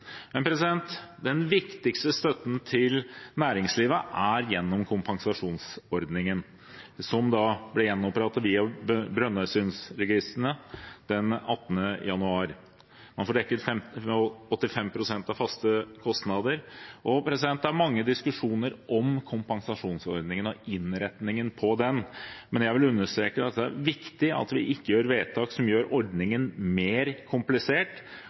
den viktigste støtten til næringslivet er gjennom kompensasjonsordningen, som ble opprettet i Brønnøysundregistrene den 18. januar. Man får dekket 85 pst. av faste kostnader. Det er mange diskusjoner om kompensasjonsordningen og innretningen på den, men jeg vil understreke at det er viktig at vi ikke gjør vedtak som gjør ordningen mer komplisert